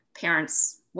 parents